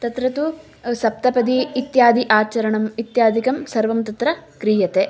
तत्र तु सप्तपदी इत्यादि आचरणम् इत्यादिकं सर्वं तत्र क्रियते